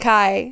Kai